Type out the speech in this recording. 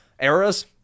eras